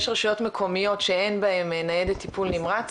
יש רשויות מקומיות שאין בהם ניידת טיפול נמרץ,